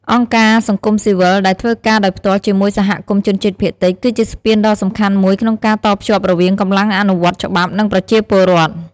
អង្គការសង្គមស៊ីវិលដែលធ្វើការដោយផ្ទាល់ជាមួយសហគមន៍ជនជាតិភាគតិច គឺជាស្ពានដ៏សំខាន់មួយក្នុងការតភ្ជាប់រវាងកម្លាំងអនុវត្តច្បាប់ និងប្រជាពលរដ្ឋ។